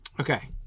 Okay